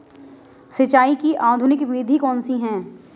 सिंचाई की आधुनिक विधि कौनसी हैं?